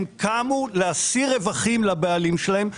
הם קמו להשיא רווחים לבעלים שלהם,